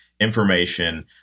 information